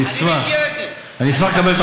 אני אשמח,